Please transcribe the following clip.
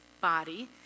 body